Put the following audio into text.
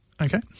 Okay